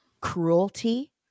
cruelty